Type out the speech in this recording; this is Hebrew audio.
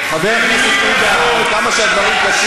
אפשר להילחם וצריך להילחם,